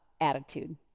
attitude